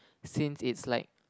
since it's like